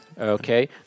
Okay